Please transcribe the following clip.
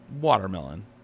watermelon